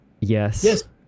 Yes